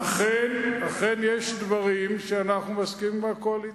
אכן יש דברים שבהם אנחנו מסכימים עם הקואליציה.